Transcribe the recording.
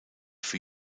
für